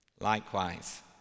Likewise